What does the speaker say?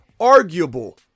arguable